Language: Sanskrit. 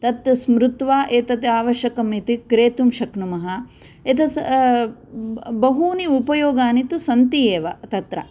तत् तु स्मृत्वा एतत् आवश्यकं इति क्रेतुं शक्नुमः एतत् बहूनि उपयोगानि तु सन्ति एव तत्र